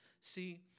See